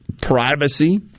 privacy